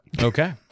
Okay